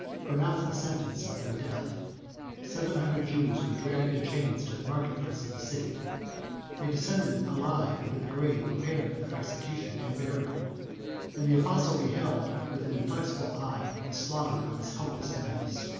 pronounced the sentence of their death seven hundred jews were dragged in chains to the market-place of the city they descended alive into the grave prepared for their execution and burial and the apostle beheld with an inflexible eye the slaughter of his helpless enemies.